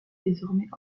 désormais